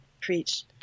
Preach